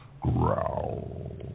growl